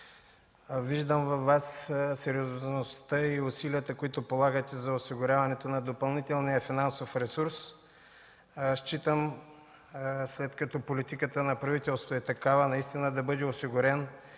Виждам във Вас сериозността и усилията, които полагате за осигуряване на допълнителен финансов ресурс. Считам, след като политиката на правителството е такава, наистина да бъде осигурен